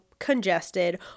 congested